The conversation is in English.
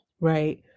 right